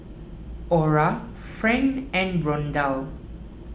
Ora Friend and Rondal